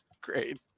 great